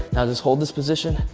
now just hold this position.